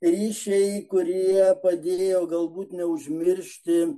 ryšiai kurie padėjo galbūt neužmiršti